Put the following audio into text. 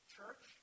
Church